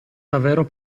davvero